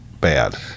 bad